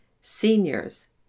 Seniors